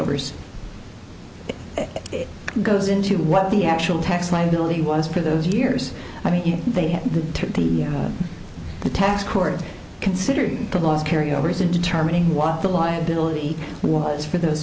overs it goes into what the actual tax liability was for those years i mean if they had the tax court considering the laws carry overs in determining what the liability was for those